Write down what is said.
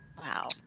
Wow